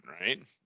right